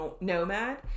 nomad